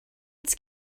its